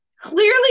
clearly